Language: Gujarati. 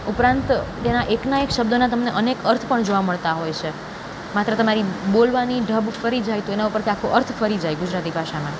ઉપરાંત તેના એકના એક શબ્દના તમને અનેક અર્થ પણ જોવા મળતા હોય છે માત્ર તમારી બોલવાની ઢબ ફરી જાય તો એના ઉપરથી આખો અર્થ ફરી જાય ગુજરાતી ભાષામાં